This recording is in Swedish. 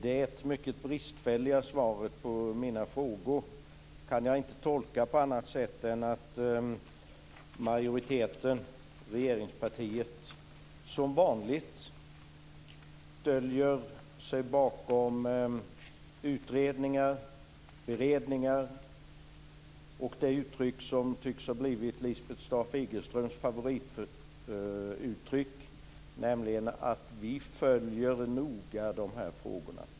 Det mycket bristfälliga svaret på mina frågor kan jag inte tolka på annat sätt än att majoriteten, regeringspartiet, som vanligt gömmer sig bakom utredningar, beredningar och det uttryck som tycks ha blivit Lisbeth Staaf-Igelströms favorituttryck: Vi följer noga de här frågorna.